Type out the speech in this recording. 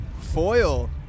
Foil